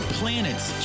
planets